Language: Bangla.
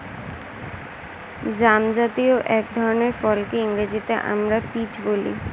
জামজাতীয় এক ধরনের ফলকে ইংরেজিতে আমরা পিচ বলি